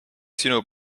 sinu